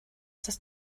das